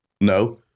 no